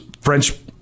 French –